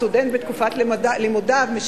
סטודנט בתקופת לימודיו,